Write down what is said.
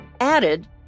added